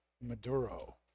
Maduro